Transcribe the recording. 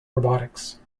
robotics